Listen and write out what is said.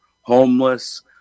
homeless